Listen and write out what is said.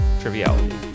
triviality